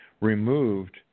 removed